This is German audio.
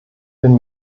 bin